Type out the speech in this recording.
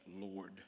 Lord